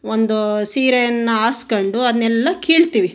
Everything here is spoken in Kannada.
ಒಂದು ಸೀರೆಯನ್ನು ಹಾಸ್ಕೊಂಡು ಅದನ್ನೆಲ್ಲ ಕೀಳ್ತೀವಿ